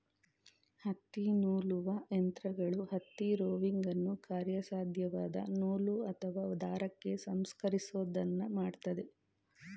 ಹತ್ತಿನೂಲುವ ಯಂತ್ರಗಳು ಹತ್ತಿ ರೋವಿಂಗನ್ನು ಕಾರ್ಯಸಾಧ್ಯವಾದ ನೂಲು ಅಥವಾ ದಾರಕ್ಕೆ ಸಂಸ್ಕರಿಸೋದನ್ನ ಮಾಡ್ತದೆ